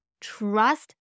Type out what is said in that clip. trust